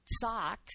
socks